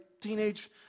teenage